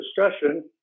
discussion